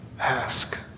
ask